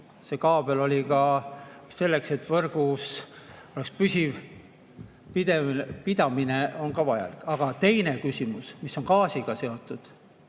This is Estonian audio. see kaabel oli ka selleks, et võrguühendus oleks püsiv, pidev pidamine on ka vajalik. Aga teine küsimus, mis on gaasiga seotud.